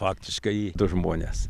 faktiškai du žmonės